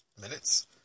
minutes